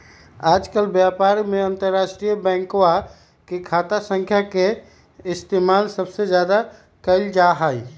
आजकल व्यापार में अंतर्राष्ट्रीय बैंकवा के खाता संख्या के इस्तेमाल सबसे ज्यादा कइल जाहई